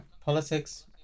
politics